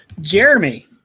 Jeremy